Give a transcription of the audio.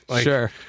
Sure